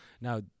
Now